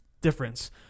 difference